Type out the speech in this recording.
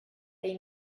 they